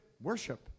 worship